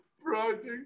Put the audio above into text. project